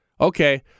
Okay